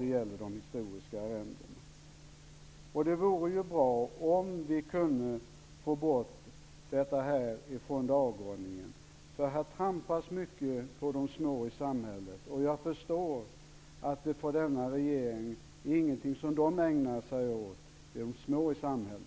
gäller de historiska arrendena. Det vore bra om vi kunde få bort den frågan från dagordningen. Det trampas nämligen mycket på det små i samhället. Jag förstår dock att denna regering inte ägnar sig åt de små i samhället.